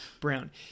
Brown